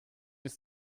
ist